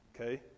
Okay